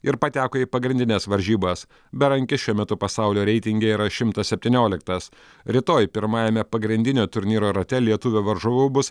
ir pateko į pagrindines varžybas berankis šiuo metu pasaulio reitinge yra šimtas septynioliktas rytoj pirmajame pagrindinio turnyro rate lietuvio varžovu bus